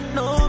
no